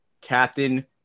Captain